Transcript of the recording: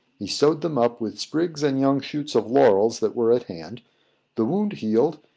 he sewed them up with sprigs and young shoots of laurels that were at hand the wound healed,